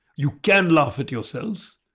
you can laugh at yourselves.